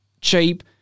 cheap